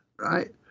right